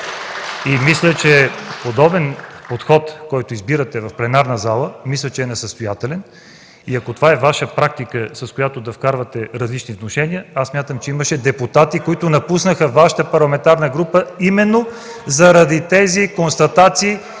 Мисля, че подобен подход, който избирате в пленарната зала, е несъстоятелен. Ако това е Ваша практика, с която да вкарвате различни внушения, смятам, че имаше депутати, които напуснаха Вашата парламентарна група (реплика от народния